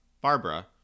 Barbara